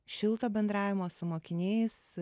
šilto bendravimo su mokiniais